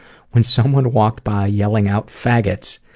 when someone walked by yelling out, faggots!